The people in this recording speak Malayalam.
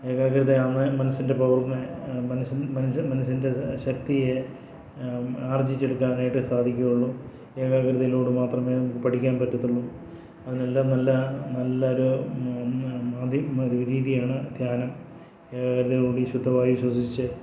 ഏകാഗ്രതയാണ് മനസ്സിൻ്റെ പവറിന് മനസ്സ് മനസ്സ് മനസ്സിൻ്റെ ശക്തിയെ ആർജിച്ചെടുക്കാനായിട്ട് സാധിക്കുകയുള്ളൂ ഏകാഗ്രതയിലൂടെ മാത്രമേ പഠിക്കാൻ പറ്റുള്ളൂ അതിനെല്ലാം നല്ല നല്ലൊരു രീതിയാണ് ധ്യാനം ഏകാഗ്രതയോടുകൂടി ശുദ്ധവായു ശ്വസിച്ച്